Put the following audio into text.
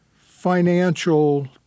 financial